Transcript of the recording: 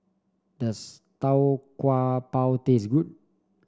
does Tau Kwa Pau taste good